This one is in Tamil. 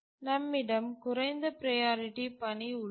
நம்மிடம் குறைந்த ப்ரையாரிட்டி பணி உள்ளது